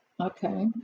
okay